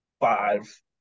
five